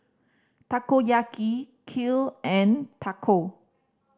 Takoyaki Kheer and Taco